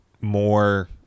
More